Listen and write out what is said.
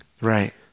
Right